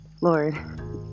Lord